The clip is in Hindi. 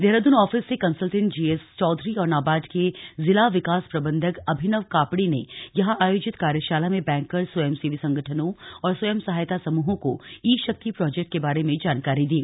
देहरादून आफिस से कंसलटेंट जीएस चौधरी और नाबार्ड के जिला विकास प्रबंधक अभिनव कापड़ी ने यहां आयोजित कार्यशाला में बैंकर्स स्वयं सेवी संगठनों और स्वयं सहायता समूहों को ई शक्ति प्रोजेक्ट के बारे में जानकारी दी